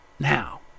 Now